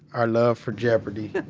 our love for jeopardy.